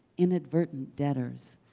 inadvertent debtors,